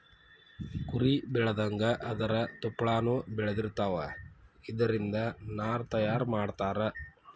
ಕುರಿ ಬೆಳದಂಗ ಅದರ ತುಪ್ಪಳಾನು ಬೆಳದಿರತಾವ, ಇದರಿಂದ ನಾರ ತಯಾರ ಮಾಡತಾರ